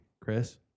Chris